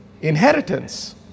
Inheritance